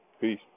peace